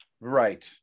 right